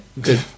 good